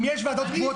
אם יש ועדות קבועות